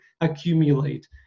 accumulate